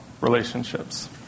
relationships